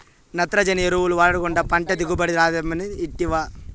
నత్రజని ఎరువులు వాడకుండా పంట దిగుబడి రాదమ్మీ ఇంటివా